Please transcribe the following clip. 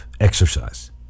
Exercise